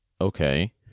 Okay